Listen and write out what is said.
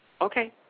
Okay